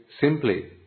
simply